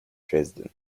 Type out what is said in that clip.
dresden